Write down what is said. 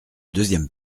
deuxième